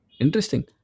interesting